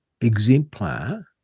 exemplar